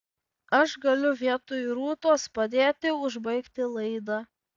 aš galiu vietoj rūtos padėti užbaigti laidą